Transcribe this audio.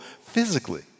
physically